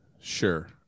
Sure